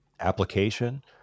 application